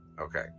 Okay